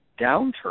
downturn